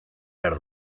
behar